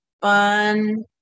fun